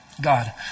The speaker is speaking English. God